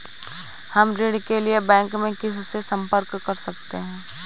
हम ऋण के लिए बैंक में किससे संपर्क कर सकते हैं?